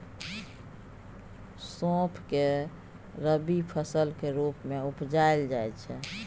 सौंफ केँ रबी फसलक रुप मे उपजाएल जाइ छै